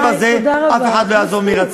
בקצב הזה, אף אחד לא יעזוב מרצון.